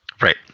right